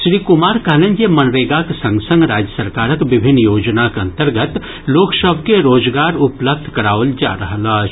श्री कुमार कहलनि जे मनरेगाक संग संग राज्य सरकारक विभिन्न योजनाक अंतर्गत लोक सभ के रोजगार उपलब्ध कराओल जा रहल अछि